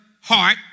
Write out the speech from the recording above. heart